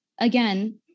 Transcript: again-